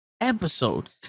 episode